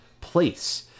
place